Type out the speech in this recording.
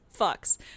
fucks